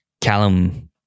Callum